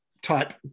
type